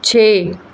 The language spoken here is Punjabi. ਛੇ